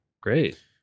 Great